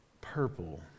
purple